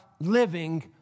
living